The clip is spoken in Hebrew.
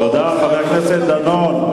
תודה, חבר הכנסת דנון.